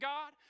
God